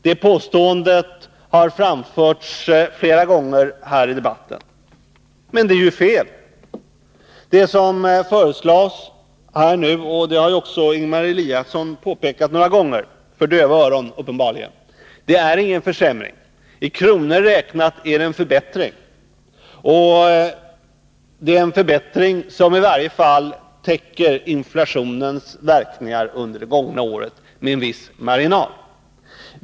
Det påståendet har framförts flera gånger i debatten. Men det är ju fel! Som också Ingemar Eliasson har påpekat flera gånger — för döva öron, uppenbarligen — innebär inte det som nu föreslås någon försämring. I kronor räknat innebär det en förbättring, en förbättring som i varje fall täcker inflationens verkningar under det gångna året med en viss marginal.